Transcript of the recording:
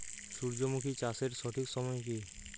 সূর্যমুখী চাষের সঠিক সময় কি?